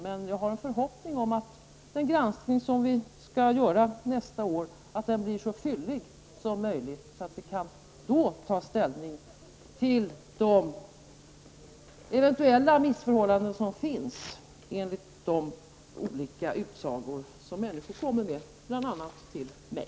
Men jag har en förhoppning om att den granskning som vi skall göra nästa år blir så fyllig som möjligt, så att vi då kan ta ställning till de eventuella missförhållanden som finns enligt de utsagor som människor kommer med, bl.a. till mig.